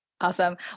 Awesome